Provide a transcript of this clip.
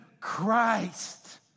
Christ